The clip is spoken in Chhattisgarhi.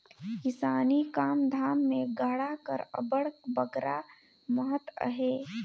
किसानी काम धाम मे गाड़ा कर अब्बड़ बगरा महत अहे